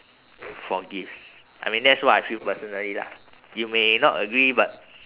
for gifts I mean that's what I feel personally lah you may not agree but